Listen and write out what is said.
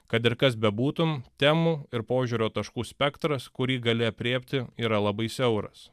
kad ir kas bebūtum temų ir požiūrio taškų spektras kurį gali aprėpti yra labai siauras